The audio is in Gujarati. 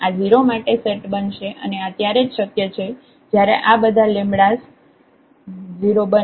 આ 0 માટે સેટ બનશે અને આ ત્યારેજ શક્ય છે જયારે આ બધા લેમ્બડા સ 0 બને